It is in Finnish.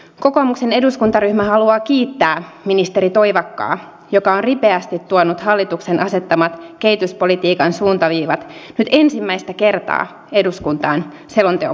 kokoomuksen eduskuntaryhmä haluaa kiittää ministeri toivakkaa joka on ripeästi tuonut hallituksen asettamat kehityspolitiikan suuntaviivat nyt ensimmäistä kertaa eduskuntaan selonteon muodossa